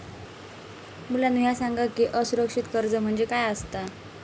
मुलांनो ह्या सांगा की असुरक्षित कर्ज म्हणजे काय आसता?